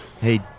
Hey